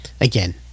Again